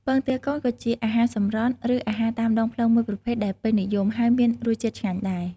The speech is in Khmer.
ពងទាកូន ក៏ជាអាហារសម្រន់ ឬអាហារតាមដងផ្លូវមួយប្រភេទដែលពេញនិយម ហើយមានរសជាតិឆ្ងាញ់ដែរ។